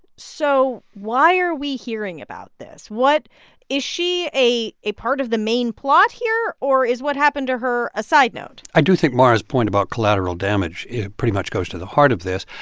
so why are we hearing about this? what is she a a part of the main plot here? or is what happened to her a side note? i do think mara's point about collateral damage pretty much goes to the heart of this.